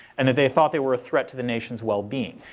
and that they thought they were a threat to the nation's well-being.